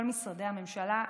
כל משרדי הממשלה,